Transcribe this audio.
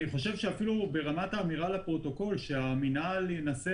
אני חושב שאפילו ברמת אמירה לפרוטוקול שהמינהל ינסה